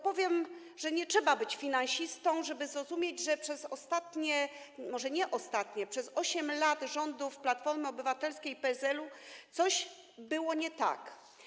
Powiem, że nie trzeba być finansistą, żeby zrozumieć, że przez ostatnie, może nie ostatnie, przez 8 lat rządów Platformy Obywatelskiej i PSL-u coś było nie tak.